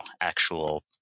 actual